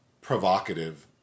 provocative